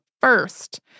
first